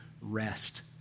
rest